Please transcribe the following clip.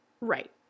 Right